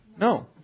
No